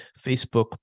Facebook